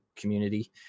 community